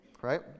Right